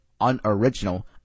unoriginal